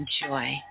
enjoy